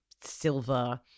silver